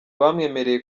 bamwemereye